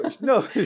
no